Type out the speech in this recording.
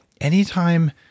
anytime